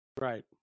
right